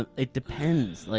it depends. like